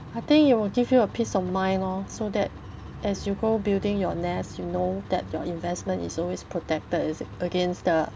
I think it will give you a peace of mind lor so that as you go building your nest you know that your investment is always protected against the